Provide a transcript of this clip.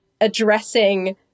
addressing